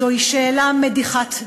זוהי שאלה מדיחת דעת.